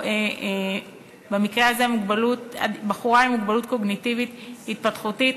במקרה הזה בחורה עם מוגבלות קוגניטיבית-התפתחותית